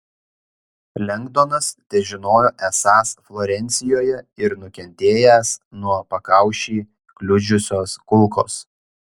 lengdonas težinojo esąs florencijoje ir nukentėjęs nuo pakaušį kliudžiusios kulkos